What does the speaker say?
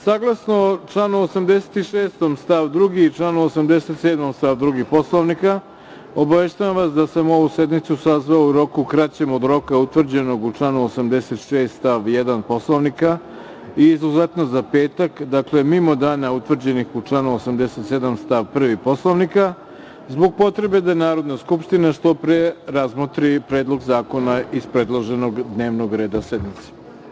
Saglasno članu 86. stav 2. i članu 87. stav 2. Poslovnika, obaveštavam da sam ovu sednicu sazvao u roku kraćem od roka utvrđenog u članu 86. stav 1. Poslovnika i izuzetno za petak, dakle mimo dana utvrđenih u članu 87. stav 1. Poslovnika, zbog potrebe da Narodna skupština što pre razmotri Predlog zakona iz predloženog dnevnog reda sednice.